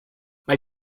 mae